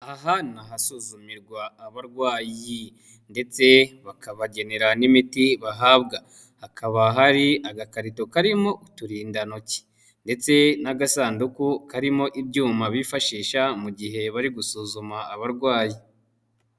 Aha ni ahasuzumirwa abarwayi ndetse bakabagenera n'imiti bahabwa, hakaba hari agakarito karimo uturindantoki ndetse n'agasanduku karimo ibyuma bifashisha mu gihe bari gusuzuma abarwayi.